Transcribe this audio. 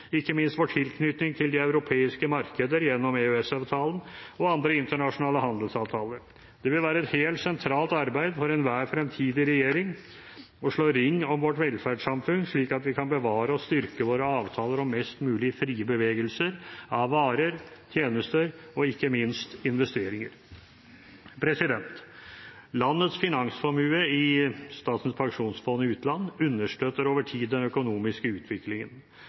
ikke minst vår tilknytning til de europeiske markeder gjennom EØS-avtalen og andre internasjonale handelsavtaler. Det vil være et helt sentralt arbeid for enhver fremtidig regjering å slå ring om vårt velferdssamfunn slik at vi kan bevare og styrke våre avtaler om mest mulig frie bevegelser av varer, tjenester og ikke minst investeringer. Landets finansformue i Statens pensjonsfond utland understøtter over tid den økonomiske utviklingen.